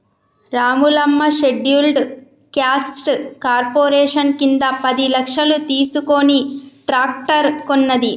Ramulamma scheduled caste corporation కింద పది లక్షలు తీసుకుని ట్రాక్టర్ కొన్నది